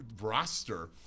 roster